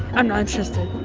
i'm not interested,